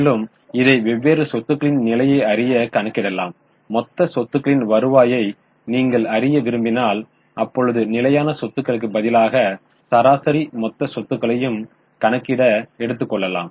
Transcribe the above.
மேலும் இதை வெவ்வேறு சொத்துகளின் நிலையை அறிய கணக்கிடலாம் மொத்த சொத்துக்களின் வருவாயை நீங்கள் அறிய விரும்பினால் அப்பொழுது நிலையான சொத்துகளுக்கு பதிலாக சராசரி மொத்த சொத்துக்களையும் கணக்கிட எடுத்துக்கொள்ளலாம்